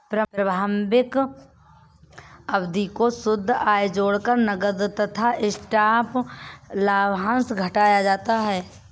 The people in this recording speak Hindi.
प्रारंभिक अवधि में शुद्ध आय जोड़कर नकद तथा स्टॉक लाभांश घटाया जाता है